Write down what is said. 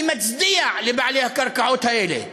אני מצדיע לבעלי הקרקעות האלה.